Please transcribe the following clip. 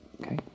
okay